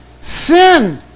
sin